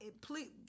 Please